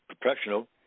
professional